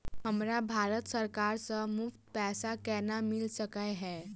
हमरा भारत सरकार सँ मुफ्त पैसा केना मिल सकै है?